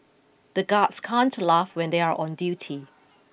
the guards can't laugh when they are on duty